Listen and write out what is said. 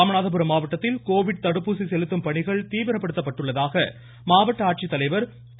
ராமநாதபுரம் மாவட்டத்தில் கோவிட் தடுப்பூசி செலுத்தும் பணிகள் தீவிரப்படுத்தப்பட்டுள்ளதாக மாவட்ட ஆட்சித்தலைவர் திரு